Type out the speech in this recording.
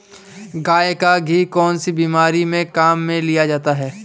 गाय का घी कौनसी बीमारी में काम में लिया जाता है?